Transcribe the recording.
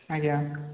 ଆଜ୍ଞା